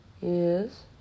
Yes